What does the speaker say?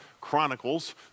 chronicles